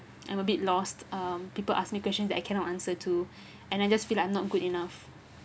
I'm a bit lost um people ask me question that I cannot answer to and I just feel like I'm not good enough